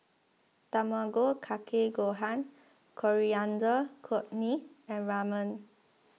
Tamago Kake Gohan Coriander Cortney and Ramen